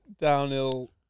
downhill